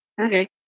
Okay